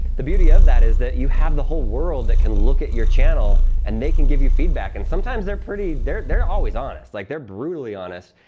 the beauty of that is you have the whole world that can look at your channel and they can give you feedback, and sometimes they're pretty, they're they're always honest. like, they're brutally honest,